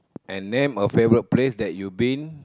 and name a favourite place that you been